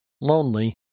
lonely